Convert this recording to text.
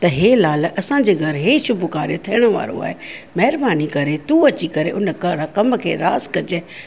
त हे लाल असांजे घरु हे शुभ कार्य थियण वारो आहे महिरबानी करे तूं अची करे उन कर कमु के रास कजि